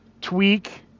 tweak